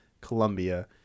Colombia